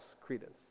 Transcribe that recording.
credence